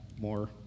more